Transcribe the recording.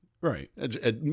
right